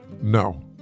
no